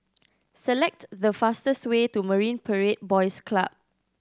select the fastest way to Marine Parade Boys Club